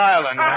Island